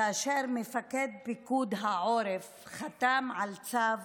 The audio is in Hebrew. כאשר מפקד פיקוד העורף חתם על צו